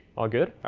all good?